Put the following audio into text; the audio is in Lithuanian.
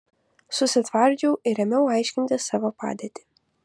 susitvardžiau ir ėmiau aiškinti savo padėtį